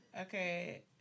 Okay